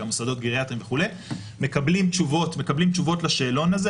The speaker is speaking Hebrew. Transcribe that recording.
גם מוסדות גריאטריים וכו' - מקבלים תשובות לשאלון הזה,